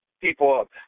people